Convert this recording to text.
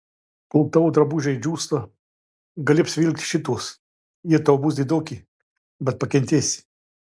kol tavo drabužiai džiūsta gali apsivilkti šituos jie tau bus didoki bet pakentėsi